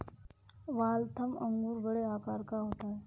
Waltham अंगूर बड़े आकार का होता है